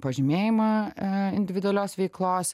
pažymėjimą individualios veiklos